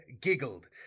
giggled